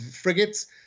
frigates